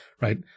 Right